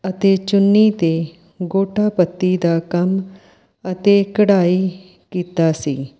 ਅਤੇ ਚੁੰਨੀ 'ਤੇ ਗੋਟਾ ਪੱਤੀ ਦਾ ਕੰਮ ਅਤੇ ਕਢਾਈ ਕੀਤਾ ਸੀ